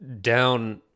down